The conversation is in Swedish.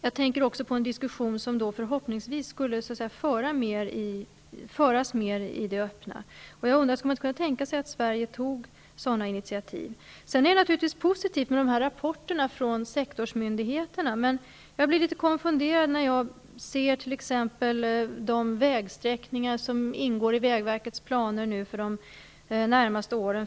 Jag tänker också på en diskussion som förhoppningsvis skulle föras mera i det öppna. Skulle man inte kunna tänka sig att Sverige tog sådana initiativ? Det är naturligtvis positivt med rapporterna från sektorsmyndigheterna. Men jag blir litet konfunderad när jag ser t.ex. de vägsträckningar som ingår i vägverkets planer för de närmaste åren.